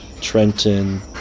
Trenton